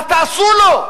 מה תעשו לו,